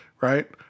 right